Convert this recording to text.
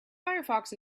firefox